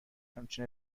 همچین